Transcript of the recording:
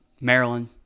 Maryland